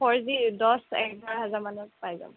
four G দহ এঘাৰ হাজাৰ মানত পাই যাম